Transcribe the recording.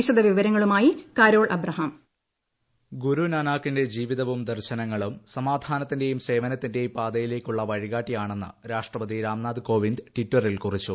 വിശദവിവരങ്ങളുമായി Carol Abraham ഗുരുനാനാക്കിന്റെ ജീവിതവും ദർശനങ്ങളും സമാധാനത്തിന്റെയും സേവനത്തിന്റെയും പാതയിലേക്കുള്ള വഴികാട്ടിയാണെന്ന് രാഷ്ട്രപതി രാംനാഥ് കോവിന്ദ് ടിറ്ററിൽ കുറിച്ചു